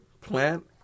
plant